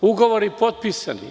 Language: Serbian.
Ugovori su potpisani.